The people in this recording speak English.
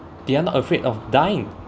they are not afraid of dying